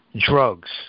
drugs